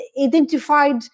identified